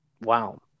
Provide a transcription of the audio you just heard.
Wow